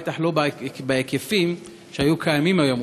בטח לא בהיקפים שקיימים היום,